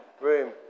room